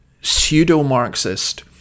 pseudo-Marxist